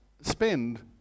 spend